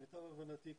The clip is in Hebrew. למיטב הבנתי,